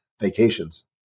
vacations